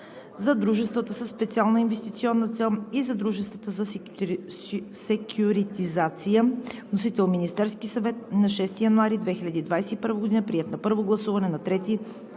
за дружествата със специална инвестиционна цел и за дружествата за секюритизация. Вносител – Министерският съвет, 6 януари 2021 г. Приет е на първо гласуване на 3